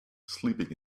sleeping